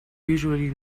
usually